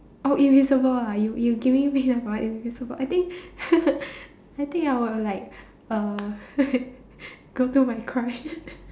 oh invisible ah you you giving me if I invisible I think I think I will like uh go to my crush